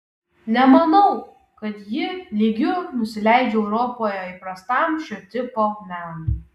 nemanau kad ji lygiu nusileidžia europoje įprastam šio tipo menui